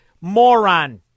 moron